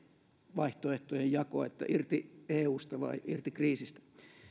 vaihtoehtojen jako irti eusta vai irti kriisistä